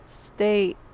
stay